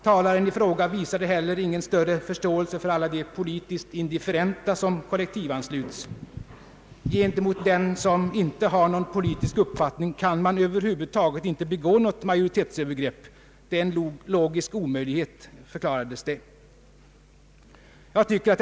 Talaren i fråga visade heller inte någon större förståelse för alla de politiskt indifferenta som kollektivansluts. Gentemot den som inte har någon politisk uppfattning kan man över huvud taget inte begå något majoritetsövergrepp. Det är en logisk omöjlighet, heter det.